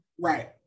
Right